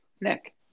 Nick